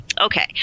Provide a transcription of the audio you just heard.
Okay